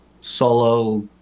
solo